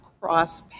cross